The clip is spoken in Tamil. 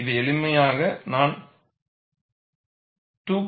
இதை எளிமையாக நான் 2